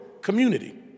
community